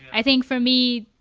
i think for me,